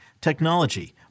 technology